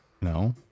no